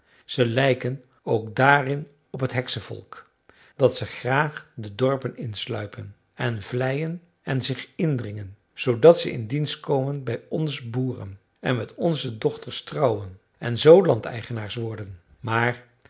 ze lijken ook daarin op t heksenvolk dat ze graag de dorpen insluipen en vleien en zich indringen zoodat ze in dienst komen bij ons boeren en met onze dochters trouwen en zoo landeigenaars worden maar